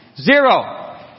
Zero